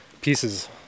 pieces